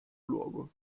luogo